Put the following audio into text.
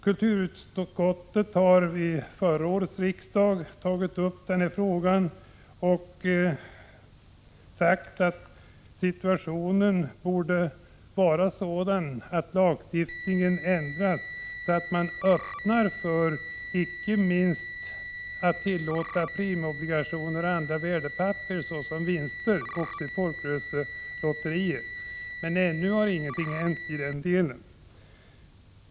Kulturutskottet har vid förra årets riksdag tagit upp denna fråga och sagt att situationen var sådan att lagstiftningen borde ändras, så att man exempelvis gör det möjligt att tillåta premieobligationer och andra värdepapper såsom vinster också i folkrörelselotterier. Men ännu har ingenting hänt därvidlag.